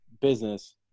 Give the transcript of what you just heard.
business